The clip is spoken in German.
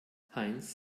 heinz